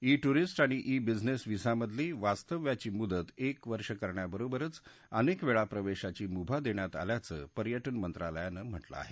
E tourist आणि e business व्हिसामधली वास्तव्याची मुदत एक वर्ष करण्याबरोबरच अनेकवेळा प्रवेशाची मुभा देण्यात आल्याचं पर्यटन मंत्रालयानं म्हटलं आहे